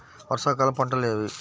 వర్షాకాలం పంటలు ఏవి?